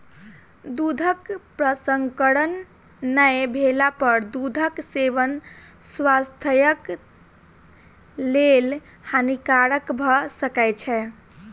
दूधक प्रसंस्करण नै भेला पर दूधक सेवन स्वास्थ्यक लेल हानिकारक भ सकै छै